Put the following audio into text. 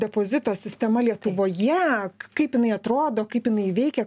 depozito sistema lietuvoje kaip jinai atrodo kaip jinai veikia